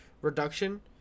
reduction